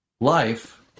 life